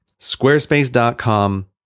Squarespace.com